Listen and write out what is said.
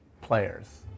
players